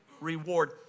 reward